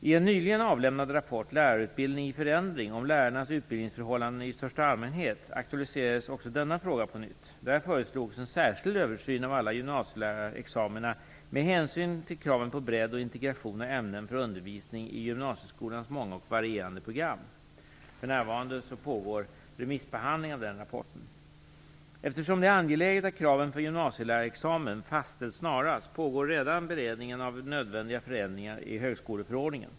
I en nyligen avlämnad rapport, Lärarutbildning i förändring, om lärarnas utbildningsförhållanden i största allmänhet aktualiserades också denna fråga på nytt. Där föreslogs en särskild översyn av alla gymnasielärarexamina med hänsyn till kraven på bredd och integration av ämnen för undervisning i gymnasieskolans många och varierande program. För närvarande pågår remissbehandling av den rapporten. Eftersom det är angeläget att kraven för gymnasielärarexamen snarast fastställs, pågår redan beredningen av nödvändiga förändringar i högskoleförordningen.